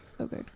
Okay